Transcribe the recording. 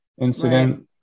incident